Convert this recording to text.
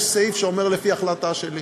יש סעיף שאומר לפי החלטה שלי,